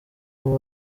abo